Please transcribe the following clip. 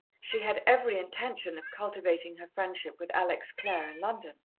she had every intention of cultivating her friendship with alex clare in london.